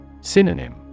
Synonym